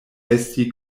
esti